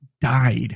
died